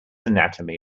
anatomy